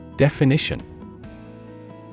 Definition